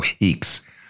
weeks